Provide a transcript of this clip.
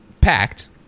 packed